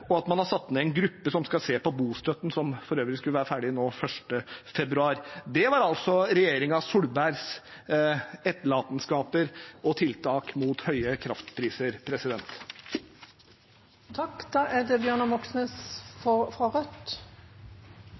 og at man hadde satt ned en gruppe som skulle se på bostøtten, et arbeid som for øvrig skulle være ferdig den 1. februar. Det var altså Solberg-regjeringens etterlatenskaper og tiltak mot høye kraftpriser.